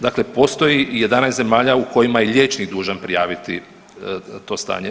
Dakle postoji i 11 zemalja u kojima je liječnik dužan prijaviti to stanje.